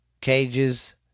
cages